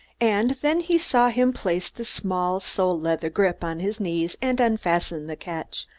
and then he saw him place the small sole-leather grip on his knees and unfasten the catch.